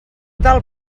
tal